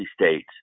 states